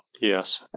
Yes